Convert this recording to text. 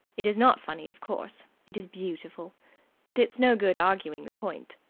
it is not funny, of course it is beautiful but it's no good arguing the point.